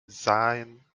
sahen